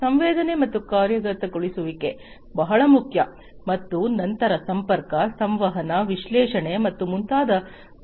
ಸಂವೇದನೆ ಮತ್ತು ಕಾರ್ಯಗತಗೊಳಿಸುವಿಕೆ ಬಹಳ ಮುಖ್ಯ ಮತ್ತು ನಂತರ ಸಂಪರ್ಕ ಸಂವಹನ ವಿಶ್ಲೇಷಣೆ ಮತ್ತು ಮುಂತಾದ ವಿಷಯಗಳು ಬರುತ್ತವೆ